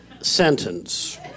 sentence